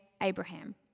Abraham